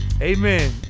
amen